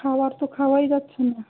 খাবার তো খাওয়াই যাচ্ছে না